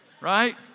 Right